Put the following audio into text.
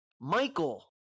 Michael